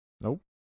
Nope